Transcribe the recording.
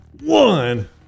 One